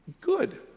good